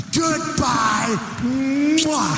goodbye